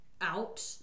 out